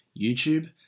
YouTube